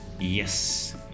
Yes